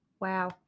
wow